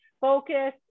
focus